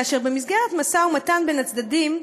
כאשר במסגרת משא-ומתן בין הצדדים,